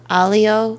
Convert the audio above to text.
alio